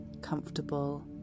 comfortable